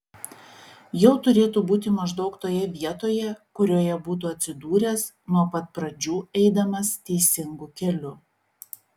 jau turėtų būti maždaug toje vietoje kurioje būtų atsidūręs nuo pat pradžių eidamas teisingu keliu